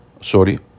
Sorry